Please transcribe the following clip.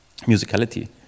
musicality